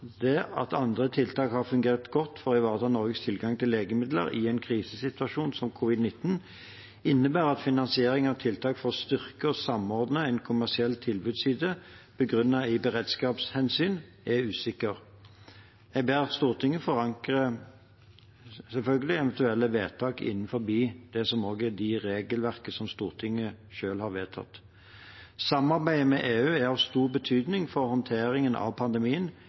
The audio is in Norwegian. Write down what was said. at andre tiltak har fungert godt for å ivareta Norges tilgang til legemidler i en krisesituasjon som covid-19, innebærer at finansiering av tiltak for å styrke og samordne en kommersiell tilbudsside begrunnet i beredskapshensyn er usikker. Jeg ber selvsagt Stortinget forankre eventuelle vedtak innenfor det regelverket som Stortinget selv har vedtatt. Samarbeidet med EU er av stor betydning for håndteringen av pandemien